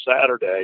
Saturday